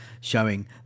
showing